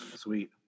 Sweet